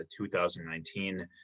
2019